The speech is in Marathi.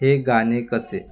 हे गाणे कसे